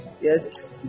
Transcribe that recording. Yes